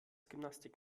gymnastik